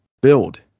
build